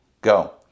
go